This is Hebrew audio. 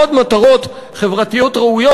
לעוד מטרות חברתיות ראויות,